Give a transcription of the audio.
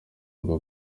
ngo